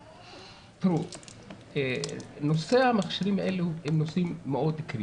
תראו, המכשירים הללו הם מאוד קריטיים.